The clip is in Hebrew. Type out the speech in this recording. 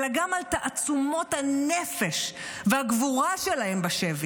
אלא גם על תעצומות הנפש והגבורה שלהן בשבי.